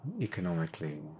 economically